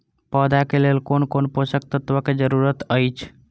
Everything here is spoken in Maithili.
पौधा के लेल कोन कोन पोषक तत्व के जरूरत अइछ?